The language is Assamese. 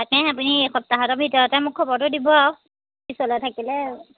তাকেহে আপুনি এসপ্তাহৰ ভিতৰতে মোক খবৰতো দিব আৰু পিছলৈ থাকিলে